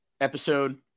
episode